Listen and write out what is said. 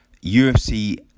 UFC